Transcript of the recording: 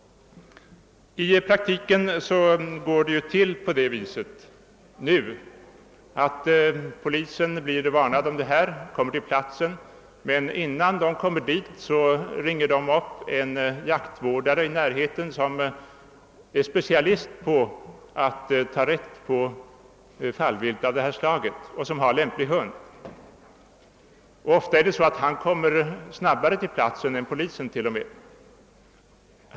I praktiken går det nu till så, att polisen blir underrättad och beger sig till platsen. Dessförinnan ringer den upp en jaktvårdare i närheten som är specialist på att ta rätt på fallvilt av detta slag och som har lämplig hund. Ofta kommer denne till och med snabbare till platsen än polisen.